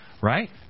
Right